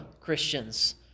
Christians